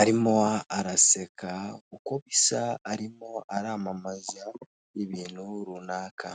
arimo araseka uko bisa arimo aramamaza ibintu runaka.